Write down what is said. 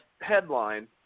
headline